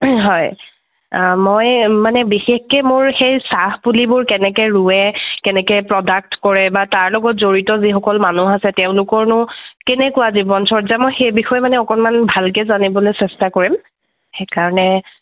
হয় মই মানে বিশেষকৈ মোৰ সেই চাহ পুলিবোৰ কেনেকৈ ৰুৱে কেনেকৈ প্ৰডাক্ট কৰে বা তাৰ লগত জড়িত যিসকল মানুহ আছে তেওঁলোকৰনো কেনেকুৱা জীৱনচৰ্যা মই সেই বিষয়ে মানে অকণমান ভালকৈ জানিবলৈ চেষ্টা কৰিম সেইকাৰণে